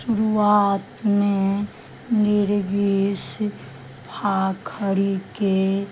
शुरुआतमे निरगिस फाखरीके